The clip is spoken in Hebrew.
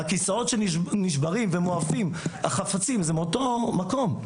הכסאות שנשבים ומועפים, החפצים, זה מאותו מקום.